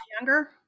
Younger